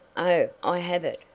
oh, i have it,